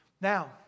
Now